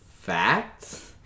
facts